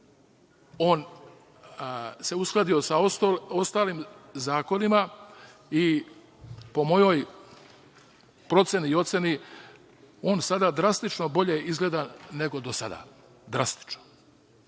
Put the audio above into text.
on se uskladio sa ostalim zakonima, i po mojoj proceni i oceni, on sada drastično bolje izgleda nego do sada. Drastično.U